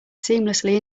seamlessly